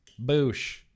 boosh